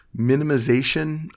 minimization